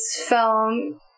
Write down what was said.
film